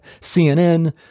CNN